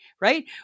right